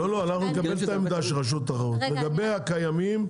לגבי הקיימים,